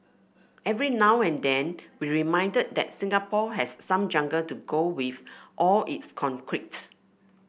every now and then we're reminded that Singapore has some jungle to go with all its concrete